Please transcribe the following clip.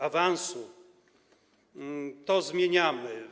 awansu, to zmieniamy.